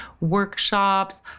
workshops